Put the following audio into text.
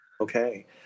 okay